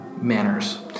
manners